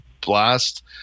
blast